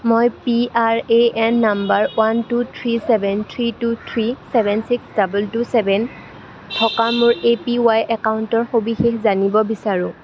মই P R A N number one two three seven three two three seven six double two seven থকা মোৰ A P Y একাউণ্টৰ সবিশেষ জানিব বিচাৰোঁ